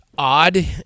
odd